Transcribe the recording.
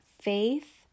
faith